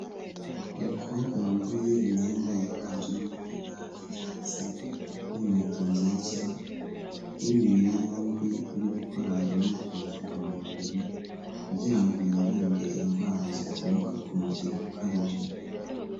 Ni umukobwa wambaye imyenda yiganjemo ibara ry'icyatsi n'inkweto nziza, w'imibiri yombi uri gukora imyitozo ngororamubiri kugira ngo yirinde indwara zikomoka ku mubyibuho ukabije.